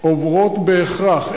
עוברות בהכרח,